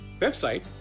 website